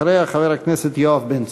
אחריה, חבר הכנסת יואב בן צור.